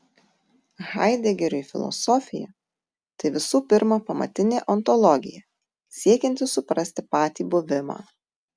haidegeriui filosofija tai visų pirma pamatinė ontologija siekianti suprasti patį buvimą